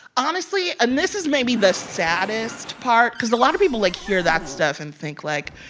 honestly and this is maybe the saddest part because a lot of people like hear that stuff and think, like,